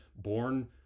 born